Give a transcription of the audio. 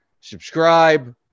subscribe